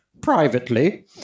Privately